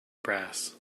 brass